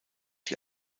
die